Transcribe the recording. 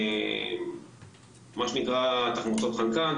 מה שנקרא תחמוצות חנקן,